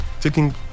taking